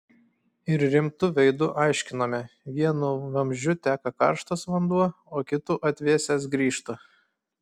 ir rimtu veidu aiškinome vienu vamzdžiu teka karštas vanduo o kitu atvėsęs grįžta